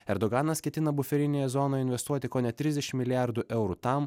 erdoganas ketina buferinėje zonoje investuoti kone trisdešimt milijardų eurų tam